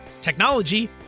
technology